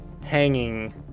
hanging